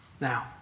Now